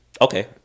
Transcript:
Okay